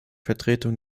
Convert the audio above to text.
vertretung